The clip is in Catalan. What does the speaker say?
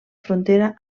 frontera